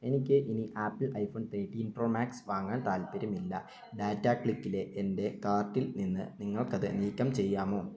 എനിക്ക് ഇനി Apple iPhone thirteen pro max വാങ്ങാൻ താൽപ്പര്യമില്ല ടാറ്റ ക്ലിക്കിലെ എൻ്റെ കാർട്ടിൽനിന്ന് നിങ്ങൾക്കത് നീക്കം ചെയ്യാമോ